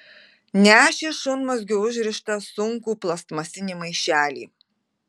nešė šunmazgiu užrištą sunkų plastmasinį maišelį